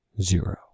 zero